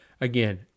again